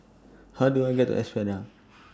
How Do I get to Espada